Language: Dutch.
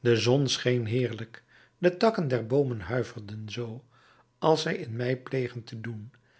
de zon scheen heerlijk de takken der boomen huiverden zoo als zij in mei plegen te doen